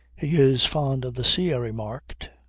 he is fond of the sea, i remarked.